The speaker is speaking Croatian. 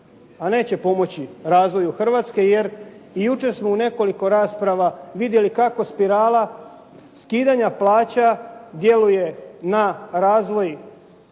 a neće pomoći razvoju Hrvatske, jer jučer smo u nekoliko rasprava vidjeli kako spirala skidanja plaća djeluje na razvoj tvrtki,